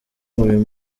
uyu